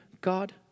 God